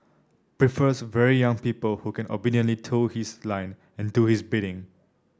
prefers very young people who can obediently toe his line and do his bidding